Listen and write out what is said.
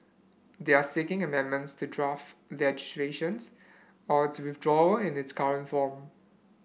they are seeking amendments to draft their legislation or its withdrawal in its current form